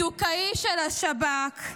בדוקאי של השב"כ,